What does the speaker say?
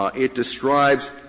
um it describes